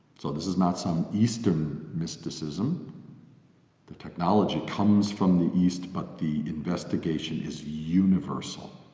so this is not some eastern mysticism the technology comes from the east, but the investigation is universal.